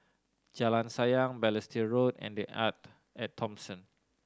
Jalan Sayang Balestier Road and The Arte At Thomson